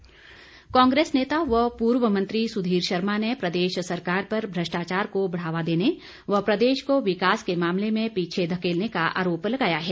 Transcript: सुधीर शर्मा कांग्रेस नेता व पूर्व मंत्री सुधीर शर्मा ने प्रदेश सरकार पर भ्रष्टाचार को बढ़ावा देने व प्रदेश को विकास के मामले में पीछे धकेलने का आरोप लगाया है